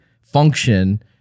function